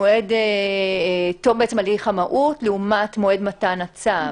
מועד הליך המהו"ת לעומת מועד מתן הצו?